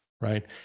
right